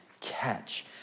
catch